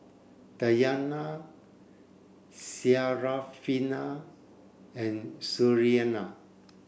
Dayana Syarafina and Suriani